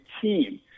team